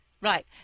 right